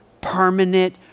permanent